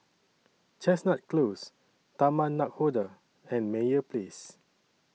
Chestnut Close Taman Nakhoda and Meyer Place